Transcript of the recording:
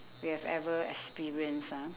we have ever experience ah